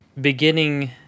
beginning